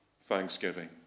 Thanksgiving